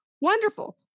Wonderful